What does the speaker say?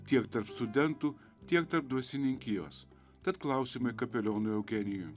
tiek tarp studentų tiek tarp dvasininkijos tad klausimai kapelionui eugenijui